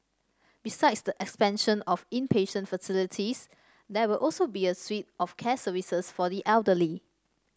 besides the expansion of inpatient facilities there will also be a suite of care services for the elderly